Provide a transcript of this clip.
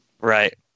right